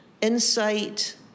insight